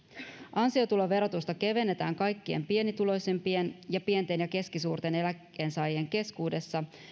ansiotuloverotusta kevennetään kaikkein pienituloisimpien ja pienten ja keskisuurten eläkkeensaajien keskuudessa